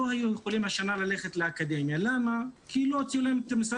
לא היו יכולים השנה ללכת לאקדמיה כי משרד